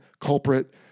culprit